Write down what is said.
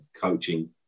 coaching